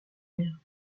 lumière